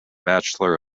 bachelor